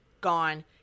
gone